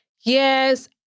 yes